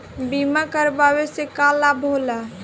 बीमा करावे से का लाभ होला?